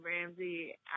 Ramsey